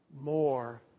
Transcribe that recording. more